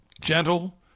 gentle